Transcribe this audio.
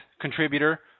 contributor